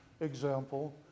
example